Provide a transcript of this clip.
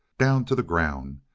down t' the ground.